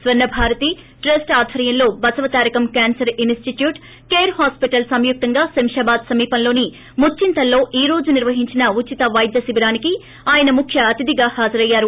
Swarnabharat trust ఆధ్వర్యంలో Basavatarakam cancer institute care hospitals సంయుక్తంగా శంషాబాద్ సమీపంలోని ముచ్చింతల్లో ఈ రోజు నిర్వహించిన ఉచిత వైద్య శిబిరానికి ఆయన ముఖ్య అతిథిగా హాజరయ్యారు